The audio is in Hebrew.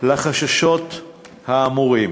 החששות האמורים.